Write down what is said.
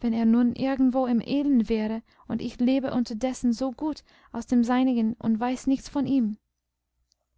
wenn er nun irgendwo im elend wäre und ich lebe unterdessen so gut aus dem seinigen und weiß nichts von ihm